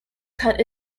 cut